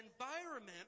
environment